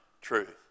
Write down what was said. truth